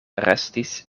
restis